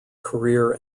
career